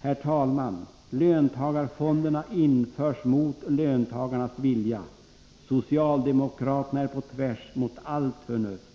Herr talman! Löntagarfonderna införs mot löntagarnas vilja. Socialdemokraterna är på tvärs mot allt förnuft.